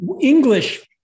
English